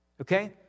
okay